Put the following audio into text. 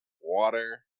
water